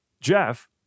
Jeff